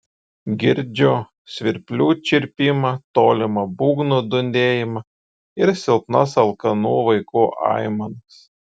girdžiu svirplių čirpimą tolimą būgnų dundėjimą ir silpnas alkanų vaikų aimanas